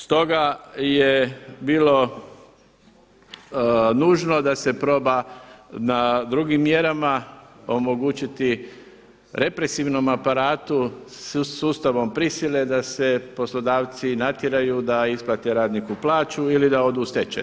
Stoga je bilo nužno da se proba na drugim mjerama omogućiti represivnom aparatu sustavom prisile da se poslodavci natjeraju da isplate radniku plaću ili da odu u stečaj.